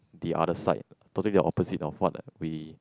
the other side totally there're opposite of what we